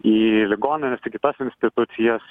į ligonines į kitas institucijas